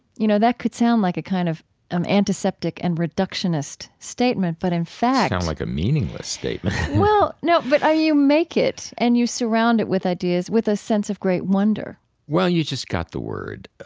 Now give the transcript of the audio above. you know, that could sound like a kind of um antiseptic and reductionist statement, but in fact, sound and like a meaningless statement well, no, but you make it and you surround it with ideas with a sense of great wonder well, you just got the word.